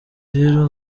rero